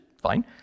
Fine